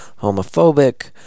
homophobic